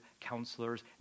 counselors